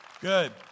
good